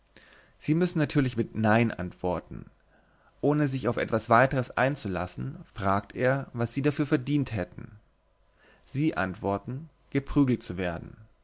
sie müssen natürlich mit nein antworten ohne sich auf etwas weiteres einzulassen fragt er was sie dafür verdient hätten sie antworten geprügelt zu werden